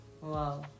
wow